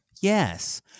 Yes